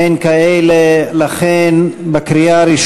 אסון כשהביאו את חבורת המרצחים של